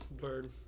Bird